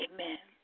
Amen